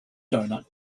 doughnut